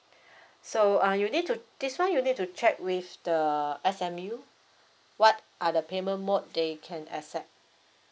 so uh you need to this one you need to check with the S_M_U what are the payment mode they can accept